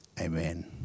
amen